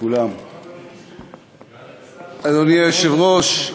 אדוני היושב-ראש,